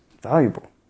valuable